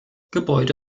gebäude